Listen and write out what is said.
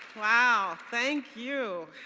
wow thank you.